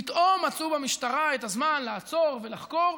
פתאום מצאו במשטרה את הזמן לעצור ולחקור.